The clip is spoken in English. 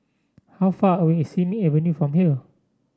how far away is Simei Avenue from here